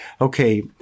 Okay